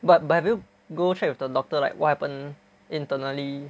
but but have you go check with the doctor like what happened internally